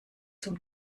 zum